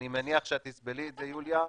אני מניח שאת תסבלי את זה, יוליה.